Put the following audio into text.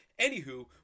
anywho